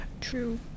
true